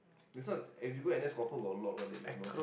this one if you go n_s confirm got a lot one that you know